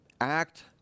act